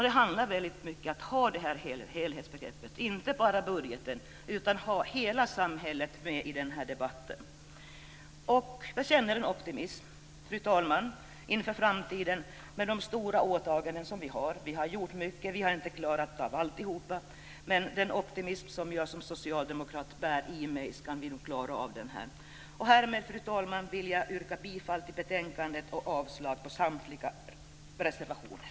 Det handlar väldigt mycket om att ha det här helhetsbegreppet, inte bara budgeten, utan ha hela samhället med i debatten. Jag känner en optimism, fru talman, inför framtiden, med de stora åtaganden som vi har gjort. Vi har gjort mycket, vi har inte klarat av allt. Med den optimism som jag som socialdemokrat bär i mig ska vi nog klara av det här. Härmed yrkar jag, fru talman, bifall till utskottets hemställan och avslag på samtliga reservationer.